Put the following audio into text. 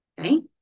okay